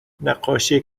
نقاشی